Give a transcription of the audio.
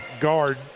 guard